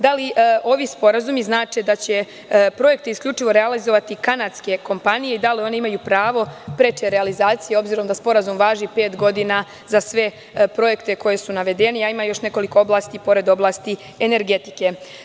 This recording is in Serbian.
Da li ovi sporazumi znače da će projekti isključivo realizovati kanadske kompanije i da li one imaju pravo preče realizacije, s obzirom da Sporazum važi pet godina za sve projekte koji su navedeni, a ima još nekoliko oblasti pored oblasti energetike?